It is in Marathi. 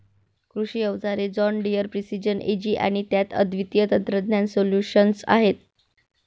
कृषी अवजारे जॉन डियर प्रिसिजन एजी आणि त्यात अद्वितीय तंत्रज्ञान सोल्यूशन्स आहेत